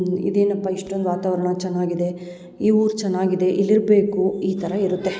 ಇದೇನಪ್ಪ ಇಷ್ಟೊಂದು ವಾತಾವರಣ ಚೆನ್ನಾಗಿದೆ ಈ ಊರು ಚೆನ್ನಾಗಿದೆ ಇಲ್ಲಿ ಇರಬೇಕು ಈ ಥರ ಇರುತ್ತೆ